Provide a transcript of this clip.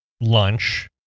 lunch